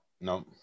No